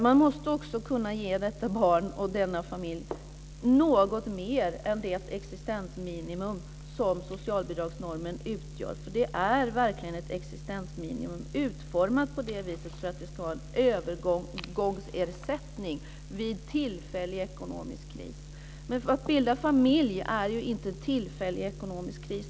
Man måste också kunna ge barnet och familjen något mer än det existensminimum som socialbidragsnormen utgör, för det är verkligen ett existensminimum utformat i syfte att det ska vara en övergångsersättning vid tillfällig ekonomisk kris. Att bilda familj innebär ju inte en tillfällig ekonomisk kris.